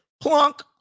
plunk